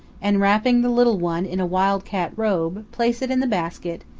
and wrapping the little one in a wild-cat robe, place it in the basket,